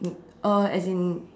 uh as in